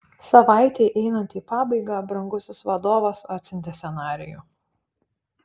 savaitei einant į pabaigą brangusis vadovas atsiuntė scenarijų